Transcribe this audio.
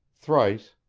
thrice,